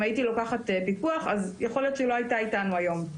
אם הייתי לוקחת פיקוח יכול להיות שהיא לא הייתה איתנו היום.